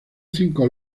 cinco